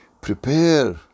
prepare